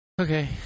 Okay